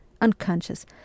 unconscious